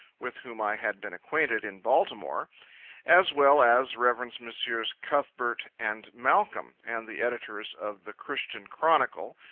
with whom i had been acquainted in baltimore as well as revs. messrs cuthbert and malcom, and the editors of the christian chronicle,